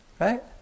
Right